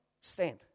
stand